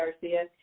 Garcia